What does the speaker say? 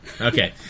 Okay